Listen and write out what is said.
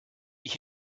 ich